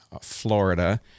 Florida